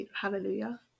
Hallelujah